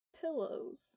pillows